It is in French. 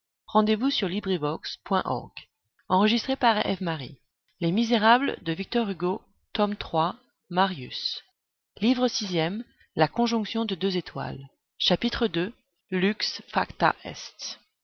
livre sixième la conjonction de deux étoiles chapitre i